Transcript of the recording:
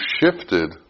shifted